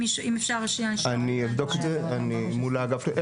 אם אפשר --- אין בעיה,